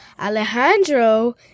Alejandro